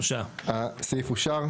הצבעה בעד